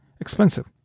expensive